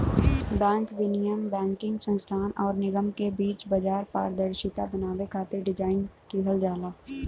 bank विनियम banking संस्थान आउर निगम के बीच बाजार पारदर्शिता बनावे खातिर डिज़ाइन किहल जाला